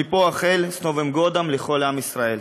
מפה אאחל "סנובים גודם" לכל עם ישראל.